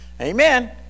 Amen